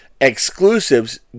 exclusives